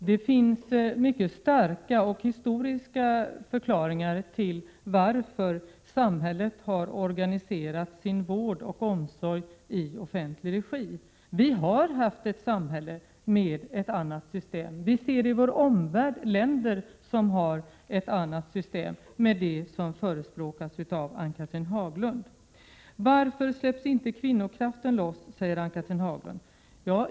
Fru talman! Det finns starka historiska skäl för att samhället bedriver sin vård och omsorg i offentlig regi. Vi har haft ett samhälle med ett annat system. Vi ser i vår omvärld länder som har ett annat system, med de inslag som förespråkas av Ann-Cathrine Haglund. Varför släpps inte kvinnokraften loss? frågade Ann-Cathrine Haglund.